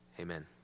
Amen